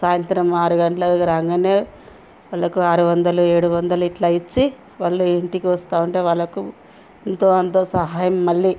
సాయంత్రం ఆరు గంటలకి రాగానే వాళ్ళకు ఆరు వందలు ఏడు వందలు ఇట్లా ఇచ్చి వాళ్ళు ఇంటికి వస్తు ఉంటే వాళ్ళకు ఇంతో ఎంతో సహాయం మళ్ళీ